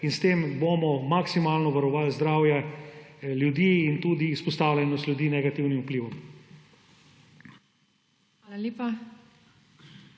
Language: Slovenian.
in s tem bomo maksimalno varovali zdravje ljudi in tudi izpostavljenost ljudi negativnim vplivom.